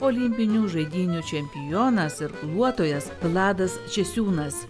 olimpinių žaidynių čempionas irkluotojas vladas česiūnas